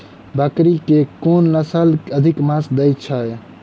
बकरी केँ के नस्ल अधिक मांस दैय छैय?